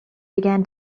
began